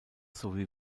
sowie